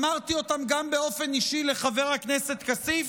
אמרתי אותם גם באופן אישי לחבר הכנסת כסיף,